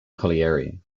colliery